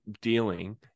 dealing